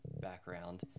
background